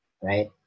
Right